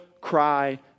cry